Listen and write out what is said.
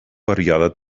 període